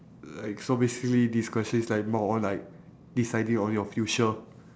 like so basically this question is like more on like deciding on your future